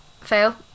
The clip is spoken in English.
Fail